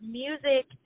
music